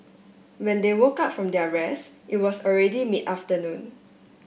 when they woke up from their rest it was already mid afternoon